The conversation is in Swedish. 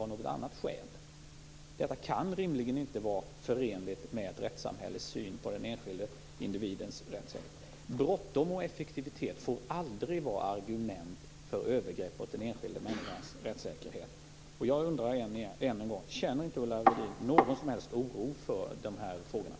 Det har Ulla Wester-Rudin bekräftat. Detta kan rimligen inte vara förenligt med ett rättssamhälles syn på den enskilde individens rättssäkerhet. Att man har bråttom och vill vara effektiv får aldrig vara argument för att begå övergrepp mot den enskilde människans rättssäkerhet. Jag undrar än en gång om inte Ulla Wester-Rudin känner någon som helst oro för dessa frågor.